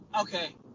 Okay